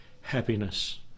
happiness